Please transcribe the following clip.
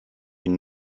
une